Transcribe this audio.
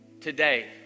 today